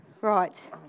Right